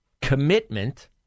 commitment